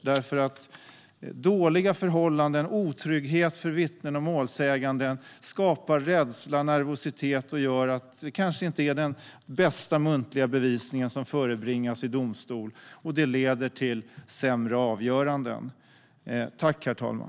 Dåliga förhållanden och otrygghet för vittnen och målsäganden skapar nämligen rädsla och nervositet och kan leda till att det kanske inte blir den bästa muntliga bevisningen som lämnas i domstol. Och det leder till sämre avgöranden.